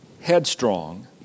headstrong